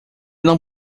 não